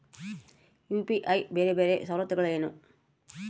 UPI ಬೇರೆ ಬೇರೆ ಸವಲತ್ತುಗಳೇನು?